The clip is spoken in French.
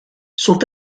sont